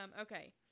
Okay